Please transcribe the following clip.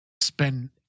spend